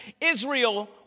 Israel